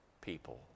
people